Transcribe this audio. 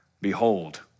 Behold